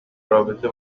رابطه